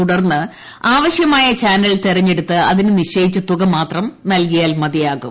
തുടർന്ന് ആവശ്യമായ ചാനൽ തിരഞ്ഞെടുത്ത് അതിന് നിശ്ചയിച്ച തുക മാത്രം നൽകിയാൽ മതിയാകും